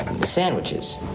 sandwiches